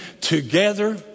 together